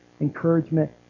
encouragement